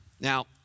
Now